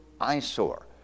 eyesore